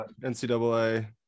NCAA